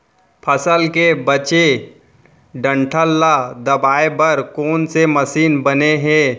फसल के बचे डंठल ल दबाये बर कोन से मशीन बने हे?